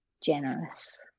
generous